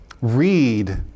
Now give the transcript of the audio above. read